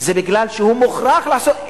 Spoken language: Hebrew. זה כי הוא מוכרח לעשות.